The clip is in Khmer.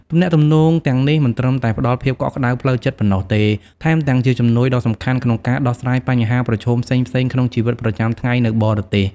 ទំនាក់ទំនងទាំងនេះមិនត្រឹមតែផ្ដល់ភាពកក់ក្ដៅផ្លូវចិត្តប៉ុណ្ណោះទេ ថែមទាំងជាជំនួយដ៏សំខាន់ក្នុងការដោះស្រាយបញ្ហាប្រឈមផ្សេងៗក្នុងជីវិតប្រចាំថ្ងៃនៅបរទេស ។